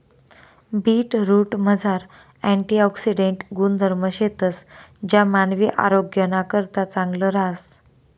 बीटरूटमझार अँटिऑक्सिडेंट गुणधर्म शेतंस ज्या मानवी आरोग्यनाकरता चांगलं रहास